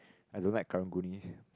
I don't like karang guni